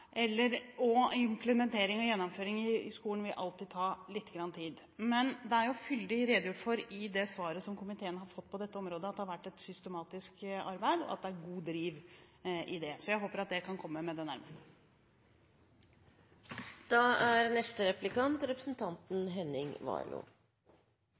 og implementering og gjennomføring i skolen vil alltid ta lite grann tid. Men det er jo fyldig redegjort for i svaret som komiteen har fått på dette området, at det har vært et systematisk arbeid, og at det er god driv i det. Jeg håper at det kan komme med det